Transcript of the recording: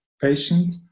patient